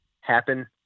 happen